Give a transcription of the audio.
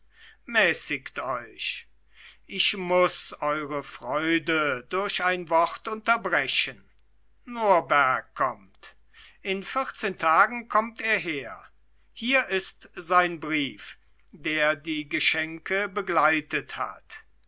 mäßigt euch ich muß eure freude durch ein wort unterbrechen norberg kommt in vierzehn tagen kommt er hier ist sein brief der die geschenke begleitet hat